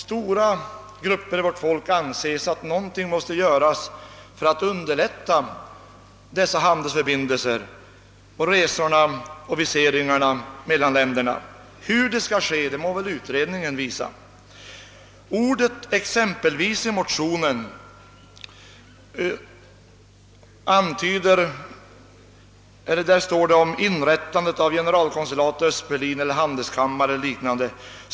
Stora grupper inom vårt folk anser ju också att något måste göras för att underlätta handelsförbindelserna, resorna och viseringen mellan länderna. Hur det skall ske får väl utredningen visa. | Det heter i slutet av motionen att de ständigt växande förbindelserna skulle kunna underlättas »exempelvis genom inrättandet av generalkonsulat i Öst Berlin, handelskammare eller liknande».